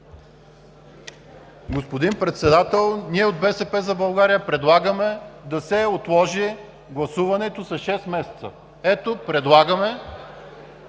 Господин Председател, ние от „БСП за България“ предлагаме да се отложи гласуването с шест месеца. Моля да